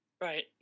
Right